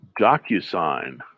DocuSign